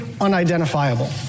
unidentifiable